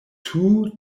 two